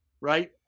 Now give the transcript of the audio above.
right